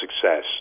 success